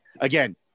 again